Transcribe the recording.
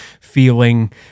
feeling